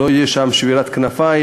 שלא תהיה שבירת כנפיים,